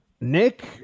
Nick